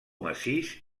massís